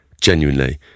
genuinely